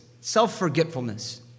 Self-forgetfulness